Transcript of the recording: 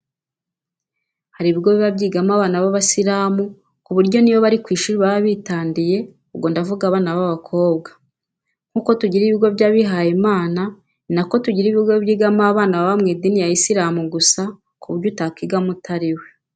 Hari ibigo biba byigamo abana b'abisiramu ku buryo n'iyo bari ku ishuri baba bitandiye, ubwo ndavuga abana b'abakobwa. Nk'uko tugira ibigo by'abihaye Imana, ni na ko tugira ibigo byigamo abana baba mu idini ya isiramu gusa ku buryo utakwigamo utari we.